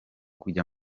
kujya